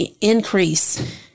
increase